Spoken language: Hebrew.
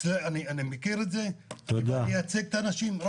אני מכיר את זה, אני מייצג את האנשים.